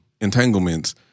entanglements